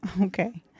okay